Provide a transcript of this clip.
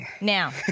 Now